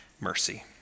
mercy